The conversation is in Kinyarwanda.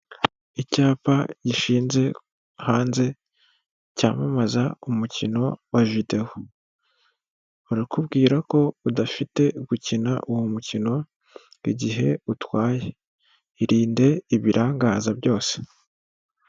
Icyapa gishinze hanze cyamamaza umukino wa video. Barakubwira ko udafite gukina uwo mukino igihe utwaye. Irinde ibirangaza byose.